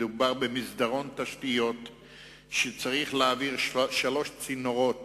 מדובר במסדרון תשתיות שצריך להעביר שלושה צינורות